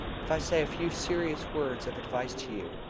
if i say a few serious words of advice to you.